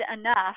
enough